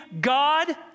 God